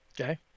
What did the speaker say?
Okay